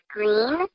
Green